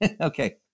Okay